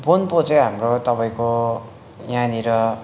बोन्पो चाहिँ हाम्रो तपाईँको यहाँनिर